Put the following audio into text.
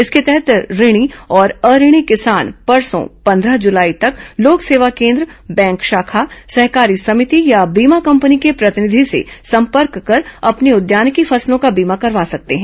इसके तहत ऋणी और अऋणी किसान परसों पंद्रह जुलाई तक लोक सेवा केन्द्र बैंक शाखा सहकारी समिति या बीमा कंपनी के प्रतिनिधि से संपर्क कर अपनी उद्यानिकी फसलों का बीमा करवा सकते हैं